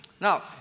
now